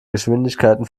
geschwindigkeiten